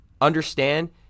understand